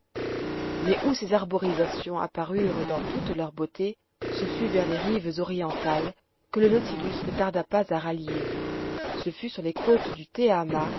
mais où ces arborisations apparurent dans toute leur beauté ce fut vers les rives orientales que le nautilus ne tarda pas à rallier ce fut sur les côtes du